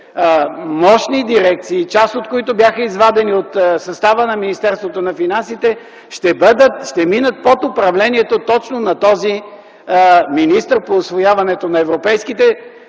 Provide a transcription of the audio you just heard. мощни дирекции, част от които бяха извадени от състава на Министерството на финансите, да минат под управлението точно на този министър по усвояването на европейските